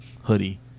hoodie